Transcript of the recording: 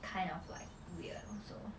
kind of like weird also